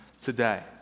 today